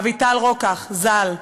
אביטל רוקח ז"ל,